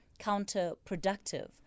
counterproductive